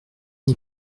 n’y